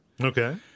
Okay